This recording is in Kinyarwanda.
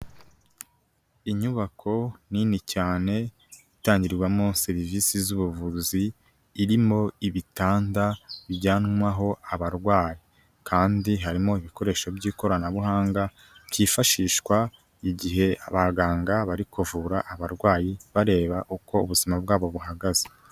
Inyubako nini cyane, itangirwamo serivisi z'ubuvuzi, irimo ibitanda bijyanwaho abarwayi, kandi harimo ibikoresho by'ikoranabuhanga byifashishwa igihe abaganga bari kuvura abarwayi bareba uko ubuzima bwabo buhagaze.